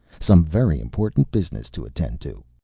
some very important business to attend to.